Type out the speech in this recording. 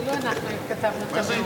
כאילו אנחנו כתבנו את הנאום.